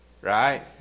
right